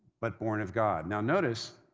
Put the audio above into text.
but born of god. now notice,